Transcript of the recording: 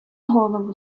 голову